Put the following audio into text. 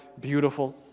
beautiful